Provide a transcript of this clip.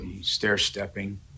stair-stepping